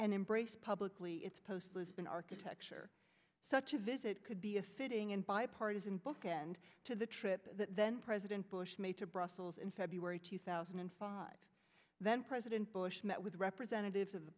and embrace publicly its post in architecture such a visit could be a fitting and bipartisan bookend to the trip that then president bush made to brussels in february two thousand and five then president bush met with representatives of the